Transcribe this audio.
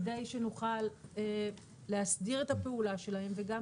כדי שנוכל להסדיר את הפעולה שלהם וגם